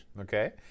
Okay